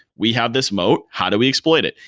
we have this mote. how do we exploit it?